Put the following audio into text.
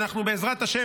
בעזרת השם,